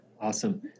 Awesome